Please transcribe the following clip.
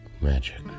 magic